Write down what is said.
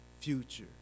future